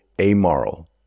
amoral